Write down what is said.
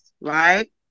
right